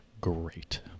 great